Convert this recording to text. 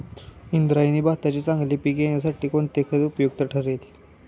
इंद्रायणी भाताचे चांगले पीक येण्यासाठी कोणते खत उपयुक्त ठरेल?